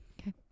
Okay